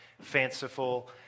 fanciful